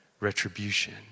Retribution